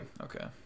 okay